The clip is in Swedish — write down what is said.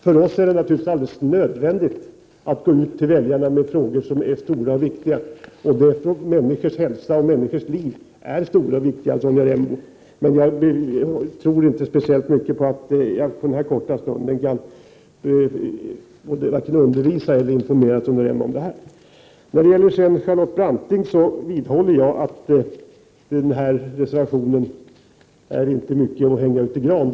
För oss är det naturligtvis alldeles nödvändigt att gå ut till väljarna med frågor som är stora och viktiga, och frågor om människors hälsa och människors liv är stora och viktiga. Men jag tror inte speciellt mycket på att jag under den här korta stunden kan vare sig undervisa eller informera Sonja Rembo om detta. Till Charlotte Branting vill jag säga att jag vidhåller att den reservation hon talar om inte är speciellt mycket att hänga i gran.